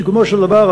בסיכומו של דבר,